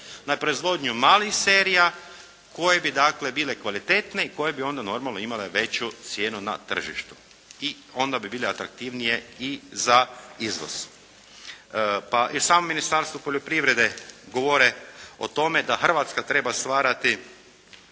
na proizvodnju malih serija koje bi dakle bile kvalitetne i koje bi onda normalno imale veću cijenu na tržištu i onda bi bile atraktivnije i za izvoz. Pa i samo Ministarstvo poljoprivrede govori o tome da Hrvatska treba stvarati